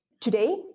Today